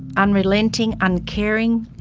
unrelenting, uncaring,